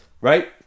Right